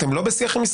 אתם לא בשיח עם משרד?